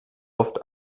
oft